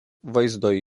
vaizdo